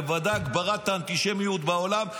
בוודאי על הגברת האנטישמיות בעולם,